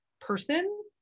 person